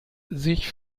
sich